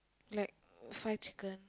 like fried chicken